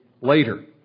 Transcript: later